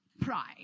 Pride